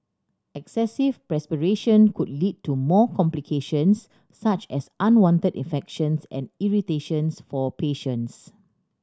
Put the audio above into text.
excessive perspiration could lead to more complications such as unwanted infections and irritations for patients